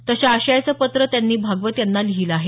तशा आशयाचं पत्र त्यांनी भागवत यांना लिहिलं आहे